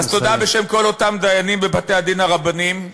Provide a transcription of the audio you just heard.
מדינה אחת ובנבחרת הדירקטורים,